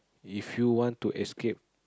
if you want to escape